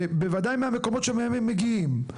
ובוודאי מהמקומות שמהם הם מגיעים.